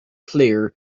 clear